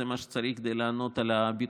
זה מה שצריך כדי לענות על הביקושים.